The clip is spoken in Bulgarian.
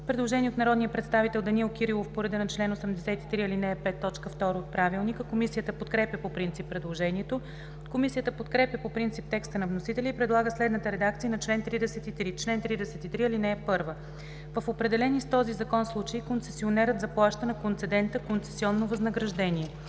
Предложение от народния представител Данаил Кирилов по реда на чл. 83, ал. 5, т. 2 от ПОДНС. Комисията подкрепя по принцип предложението. Комисията подкрепя по принцип текста на вносителя и предлага следната редакция на чл. 33: „Чл. 33. (1) В определени с този закон случаи концесионерът заплаща на концедента концесионно възнаграждение.